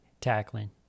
tackling